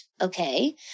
Okay